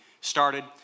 started